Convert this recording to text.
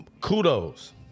Kudos